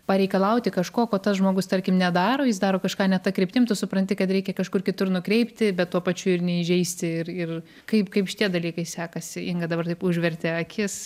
pareikalauti kažko ko tas žmogus tarkim nedaro jis daro kažką ne ta kryptim tu supranti kad reikia kažkur kitur nukreipti bet tuo pačiu ir neįžeisti ir ir kaip kaip šitie dalykai sekasi inga dabar taip užvertė akis